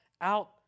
out